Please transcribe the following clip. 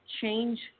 change